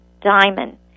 diamond